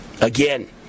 Again